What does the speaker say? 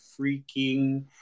freaking